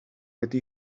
ydy